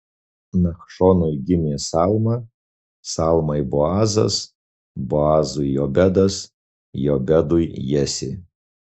nachšonui gimė salma salmai boazas boazui jobedas jobedui jesė